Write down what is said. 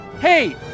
hey